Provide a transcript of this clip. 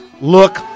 look